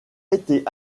été